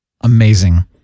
amazing